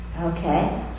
Okay